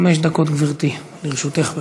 חמש דקות, גברתי, לרשותך.